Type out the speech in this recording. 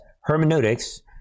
hermeneutics